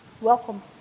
welcome